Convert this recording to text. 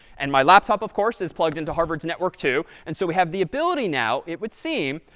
and my laptop, of course, is plugged into harvard's network, too, and so we have the ability now, it would seem,